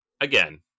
again